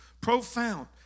profound